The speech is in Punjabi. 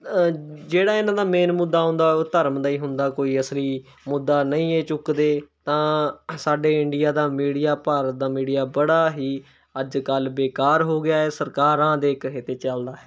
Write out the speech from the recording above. ਜਿਹੜਾ ਇਹਨਾਂ ਦਾ ਮੇਨ ਮੁੱਦਾ ਆਉਂਦਾ ਉਹ ਧਰਮ ਦਾ ਹੀ ਹੁੰਦਾ ਕੋਈ ਅਸਲੀ ਮੁੱਦਾ ਨਹੀਂ ਇਹ ਚੁੱਕਦੇ ਤਾਂ ਸਾਡੇ ਇੰਡੀਆ ਦਾ ਮੀਡੀਆ ਭਾਰਤ ਦਾ ਮੀਡੀਆ ਬੜਾ ਹੀ ਅੱਜ ਕੱਲ੍ਹ ਬੇਕਾਰ ਹੋ ਗਿਆ ਹੈ ਸਰਕਾਰਾਂ ਦੇ ਕਹੇ 'ਤੇ ਚੱਲਦਾ ਹੈ